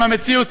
עם המציאות,